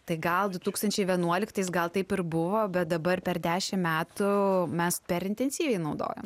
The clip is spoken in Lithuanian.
tai gal du tūkstančiai vienuoliktais gal taip ir buvo bet dabar per dešim metų mes per intensyviai naudojam